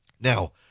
Now